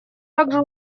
также